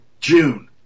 June